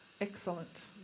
Excellent